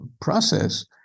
process